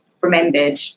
remembered